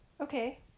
Okay